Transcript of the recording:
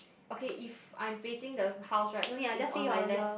okay if I'm facing the house right is on my left